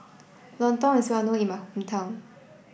Lontong is well known in my hometown